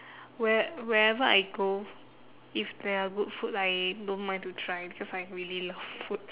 where~ wherever I go if there are good food I don't mind to try because I really love food